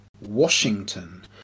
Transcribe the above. Washington